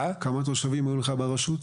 כמה תושבים היו לך ברשות?